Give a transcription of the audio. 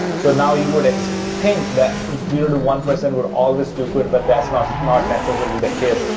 so now, you would think that zero to one percent would always do good, but that's not, not necessarily the case.